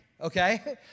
Okay